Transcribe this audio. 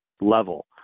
level